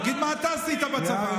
תגיד, מה אתה עשית בצבא.